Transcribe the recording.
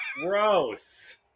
gross